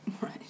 right